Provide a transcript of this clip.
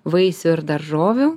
vaisių ir daržovių